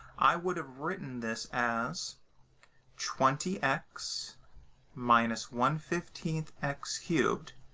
i would have written this as twenty x minus one fifteen x cubed.